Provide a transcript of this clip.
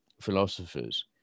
philosophers